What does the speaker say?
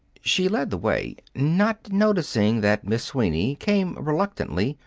she led the way, not noticing that miss sweeney came reluctantly,